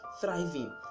thriving